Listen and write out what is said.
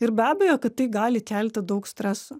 ir be abejo kad tai gali kelti daug streso